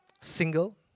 single